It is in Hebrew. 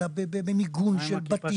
אלא גם במיגון של בתים,